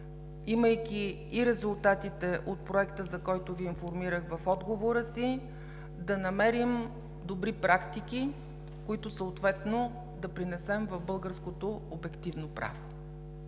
имайки и резултатите от проекта, за който Ви информирах в отговора си, да намерим добри практики, които съответно да принесем в българското обективно право.